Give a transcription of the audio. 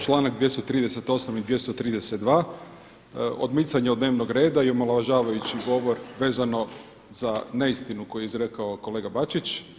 Članak 238. i 232. odmicanje od dnevnog reda i omalovažavajući govor vezano za neistinu koju je izrekao kolega Bačić.